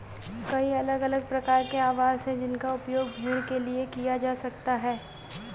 कई अलग अलग प्रकार के आवास हैं जिनका उपयोग भेड़ के लिए किया जा सकता है